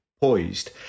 poised